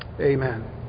amen